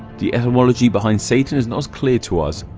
the etymology behind satan is not as clear to us.